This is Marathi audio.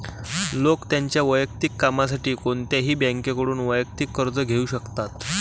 लोक त्यांच्या वैयक्तिक कामासाठी कोणत्याही बँकेकडून वैयक्तिक कर्ज घेऊ शकतात